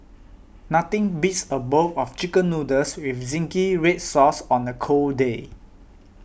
nothing beats a bowl of Chicken Noodles with Zingy Red Sauce on a cold day